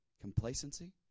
complacency